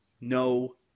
no